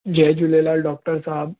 Jay Jhulelal doctor Sahib